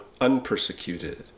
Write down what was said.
unpersecuted